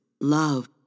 love